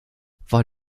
war